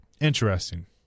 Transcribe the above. Interesting